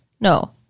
No